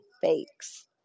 fakes